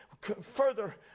further